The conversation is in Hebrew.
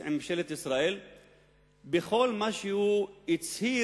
עם ממשלת ישראל בכל מה שהוא הצהיר